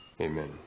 Amen